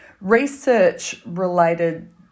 Research-related